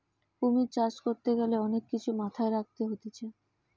কুমির চাষ করতে গ্যালে অনেক কিছু মাথায় রাখতে হতিছে